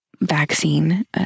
vaccine